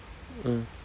mm